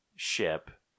ship